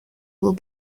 will